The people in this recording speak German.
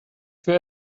für